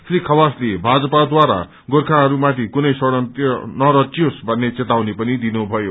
श्री खवासले भाजपाद्वारा गोर्खाहरू माथि कुनै षड़यंत्र नरचियोस भन्ने चेतावनी पनि दिनु भयो